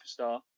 Superstar